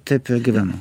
taip ir gyvenu